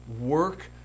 work